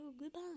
goodbye